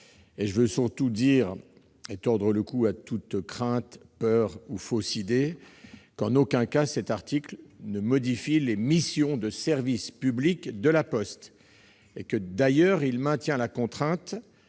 Je veux surtout tordre le cou à toute crainte, peur ou fausse idée : en aucun cas cet article ne modifie les missions de service public de La Poste. D'ailleurs, il maintient la contrainte